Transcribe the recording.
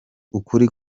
ukuri